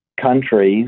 countries